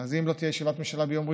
אם תהיה ישיבת ממשלה ביום ראשון,